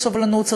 אפס סובלנות,